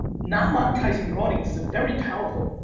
not monetizing your audience is a very powerful,